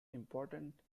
important